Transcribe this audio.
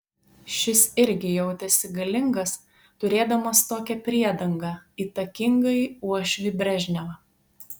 šis irgi jautėsi galingas turėdamas tokią priedangą įtakingąjį uošvį brežnevą